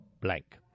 blank